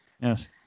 yes